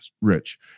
Rich